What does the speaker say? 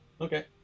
Okay